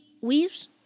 Weaves